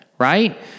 right